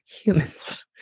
humans